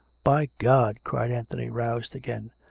by god! cried anthony, roused again.